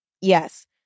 Yes